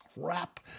crap